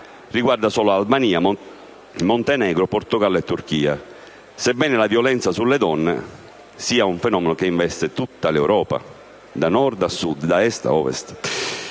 riguardano solo Albania Montenegro, Portogallo e Turchia, sebbene la violenza sulle donne sia un fenomeno che investe tutta l'Europa, da Nord a Sud, da Est a Ovest.